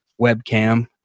webcam